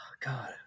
god